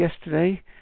yesterday